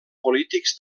polítics